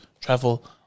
travel